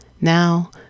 now